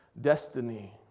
destiny